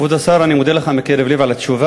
כבוד השר, אני מודה לך מקרב לב על התשובה.